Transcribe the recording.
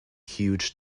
huge